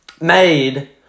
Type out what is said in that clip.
made